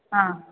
ആ